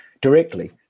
directly